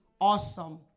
awesome